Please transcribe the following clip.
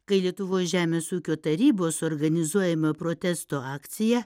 kai lietuvos žemės ūkio tarybos organizuojama protesto akcija